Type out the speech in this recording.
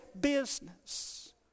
business